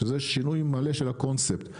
שזה שינוי מלא של הקונספט.